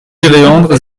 péréandre